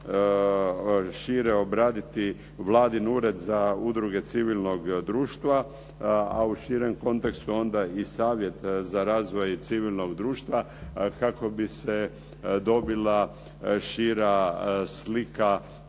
šire obraditi vladin Ured za udruge civilnog društva, a u širem kontekstu onda i savjet za razvoj civilnog društva kako bi se dobila šira slika